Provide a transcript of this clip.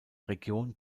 region